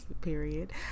Period